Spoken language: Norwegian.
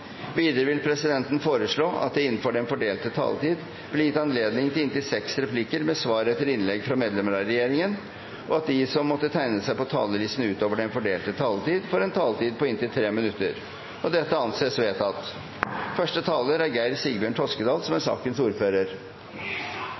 Videre vil presidenten foreslå at det – innenfor den fordelte taletid – blir gitt anledning til inntil seks replikker med svar etter innlegg fra medlemmer av regjeringen, og at de som måtte tegne seg på talerlisten utover den fordelte taletid, får en taletid på inntil 3 minutter. – Det anses vedtatt. Oppdrettsnæringen er